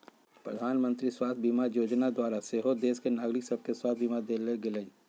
प्रधानमंत्री स्वास्थ्य बीमा जोजना द्वारा सेहो देश के नागरिक सभके स्वास्थ्य बीमा देल गेलइ